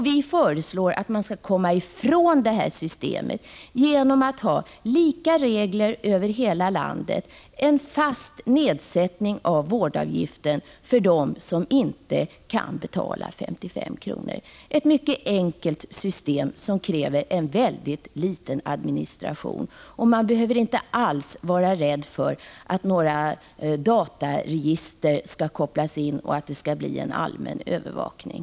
Vpk föreslår att man skall gå ifrån detta system genom att ha lika regler över hela landet, en fast nedsättning av vårdavgiften för dem som inte kan betala 55 kr. Det är ett mycket enkelt system, som kräver en väldigt liten administration. Man behöver inte alls vara rädd för att några dataregister skall kopplas in och att det skall bli en allmän övervakning.